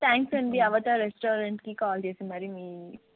thanks అండి అవత రెస్టారెంట్కి కాల్ చేసి మరి మీ